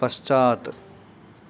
पश्चात्